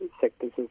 sectors